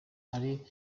ari